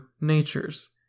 natures